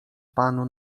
panu